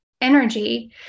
energy